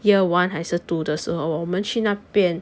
year one 还是 two 的时候我们去那边